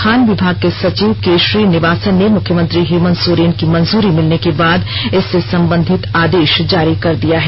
खान विभाग के सचिव के श्री निवासन ने मुख्यमंत्री हेमंत सोरेन की मंजूरी मिलने के बाद इससे संबंधित आदे ा जारी कर दिया है